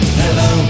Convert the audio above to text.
hello